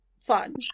fun